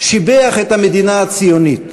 שיבח את המדינה הציונית